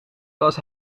was